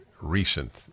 recent